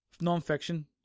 non-fiction